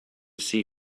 see